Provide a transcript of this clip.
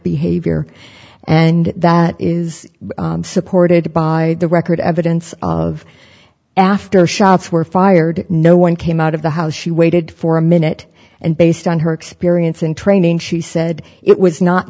behavior and that is supported by the record evidence of after shots were fired no one came out of the house she waited for a minute and based on her experience and training she said it was not